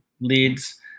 leads